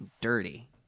dirty